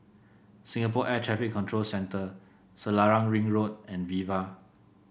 Singapore Air Traffic Control Centre Selarang Ring Road and Viva